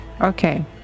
Okay